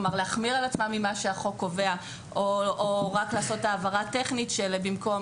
להחמיר לעומת מה שקובע החוק או רק לעשות העברה טכנית כך שבמקום